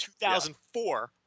2004